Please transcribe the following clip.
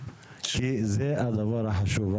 כי זה הדבר החשוב.